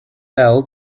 fel